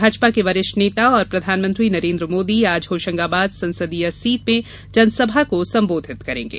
भाजपा के वरिष्ठ नेता और प्रधानमंत्री नरेन्द्र मोदी आज होशंगाबाद संसदीय सीट पर जनसभा को संबोधित करेंगे